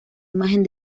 imagen